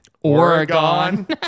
Oregon